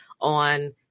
on